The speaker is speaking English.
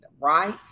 right